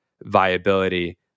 viability